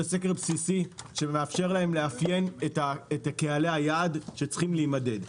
זה סקר בסיסי שמאפשר להם לאפיין את קהלי היעד שצריכים להימדד.